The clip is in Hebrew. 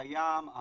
קיים,